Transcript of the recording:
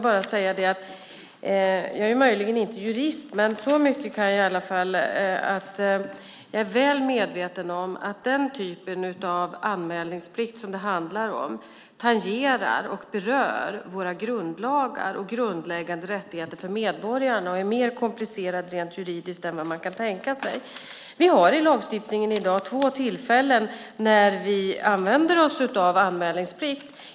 Jag är möjligen inte jurist, men så mycket kan jag i alla fall att jag är väl medveten om att den typ av anmälningsplikt som det handlar om tangerar och berör våra grundlagar och grundläggande rättigheter för medborgarna och är mer komplicerad rent juridiskt än vad man kan tänka sig. Vi har i lagstiftningen i dag två tillfällen när vi använder oss av anmälningsplikt.